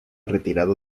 retirado